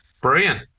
Brilliant